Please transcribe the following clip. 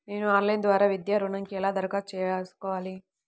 నేను ఆన్లైన్ ద్వారా విద్యా ఋణంకి ఎలా దరఖాస్తు చేసుకోవాలి?